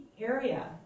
area